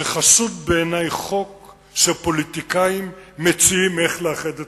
שחשוד בעיני חוק שפוליטיקאים מציעים איך לאחד את